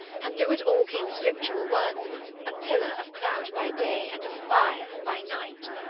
and through it all came the scriptural words a pillar of cloud by day and of fire by night.